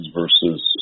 versus